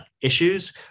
issues